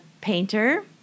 painter